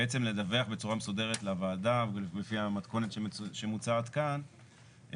בעצם לדווח בצורה מסודרת לוועדה לפי המתכונת שמוצעת כאן.